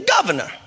governor